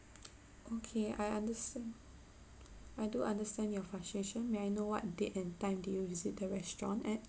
okay I understand I do understand your frustration may I know what date and time did you visit the restaurant at